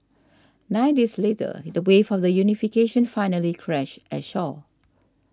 nine days later the waves of the unification finally crashed ashore